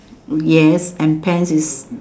yes and pants is